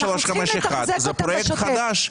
6351 זה פרויקט חדש.